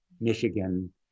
Michigan